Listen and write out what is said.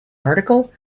article